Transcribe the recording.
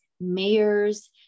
mayors